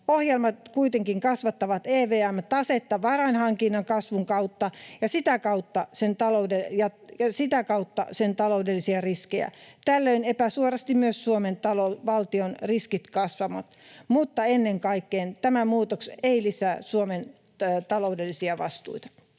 Ohjelmat kuitenkin kasvattavat EVM:n tasetta varainhankinnan kasvun kautta ja sitä kautta sen taloudellisia riskejä. Tällöin epäsuorasti myös Suomen valtion riskit kasvavat, mutta ennen kaikkea tämä muutos ei lisää Suomen taloudellisia vastuita.